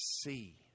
see